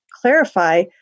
clarify